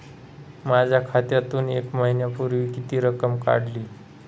माझ्या खात्यातून एक महिन्यापूर्वी किती रक्कम काढली?